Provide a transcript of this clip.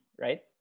right